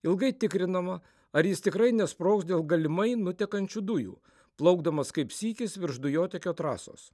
ilgai tikrinama ar jis tikrai nesprogs dėl galimai nutekančių dujų plaukdamas kaip sykis virš dujotiekio trasos